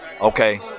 Okay